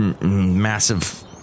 Massive